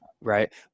Right